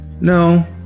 No